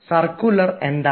circular എന്താണ്